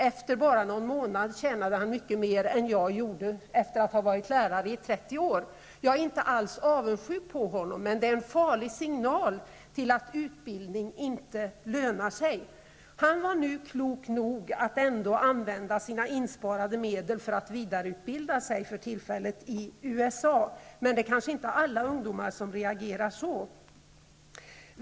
Efter bara någon månad tjänade han mycket mer än jag gör efter att ha varit lärare i 30 år. Jag är inte alls avundsjuk på honom, men detta är en farlig signal till att utbildning inte lönar sig. Han var nu klok nog att ändå använda sina insparade medel för att vidareutbilda sig, för tillfället i USA. Men det är kanske inte alla ungdomar som reagerar så.